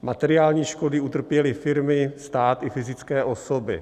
Materiální škody utrpěly firmy, stát i fyzické osoby.